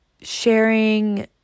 sharing